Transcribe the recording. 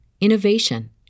innovation